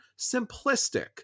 simplistic